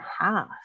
half